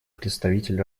представитель